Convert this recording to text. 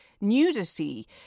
nudity